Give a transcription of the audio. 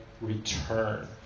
return